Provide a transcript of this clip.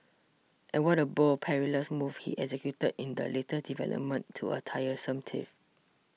and what a bold perilous move he executed in the latest development to a tiresome tiff